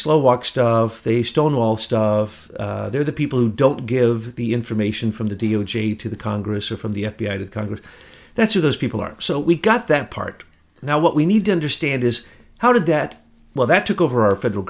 walk stuff they stonewall stuff they're the people who don't give the information from the d o j to the congress or from the f b i to congress that's are those people are so we got that part now what we need to understand is how did that well that took over our federal